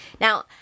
Now